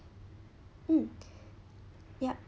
mm yeah